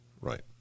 Right